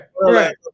right